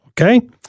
Okay